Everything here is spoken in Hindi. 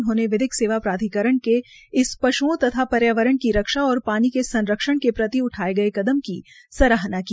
उन्होंने विधिक सेवा प्राधिकरण के इस पशुओं तथा पर्यावरण की रक्षा और पानी के संरक्षण के प्रति उठाये गये कदम की सराहना की